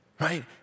Right